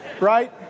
right